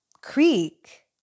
creek